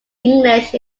english